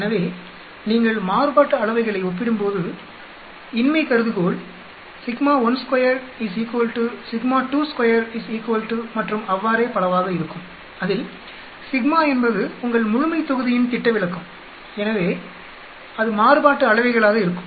எனவே நீங்கள் மாறுபாட்டு அளவைகளை ஒப்பிடும் போது இன்மை கருதுகோள் மற்றும் அவ்வாறே பலவாக இருக்கும் அதில் என்பது உங்கள் முழுமைத்தொகுதியின் திட்டவிலக்கம் எனவே மாறுபாட்டு அளவைகளாக இருக்கும்